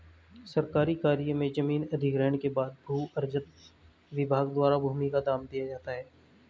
सरकारी कार्य में जमीन अधिग्रहण के बाद भू अर्जन विभाग द्वारा भूमि का दाम दिया जाता है